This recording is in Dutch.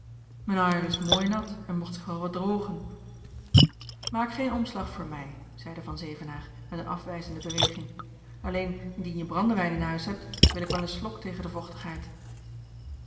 is mooi nat en mocht zich wel wat drogen maak geen omslag voor mij zeide van zevenaer met een afwijzende beweging alleen indien je brandewijn in huis hebt wil ik wel een slok tegen de vochtigheid